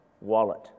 wallet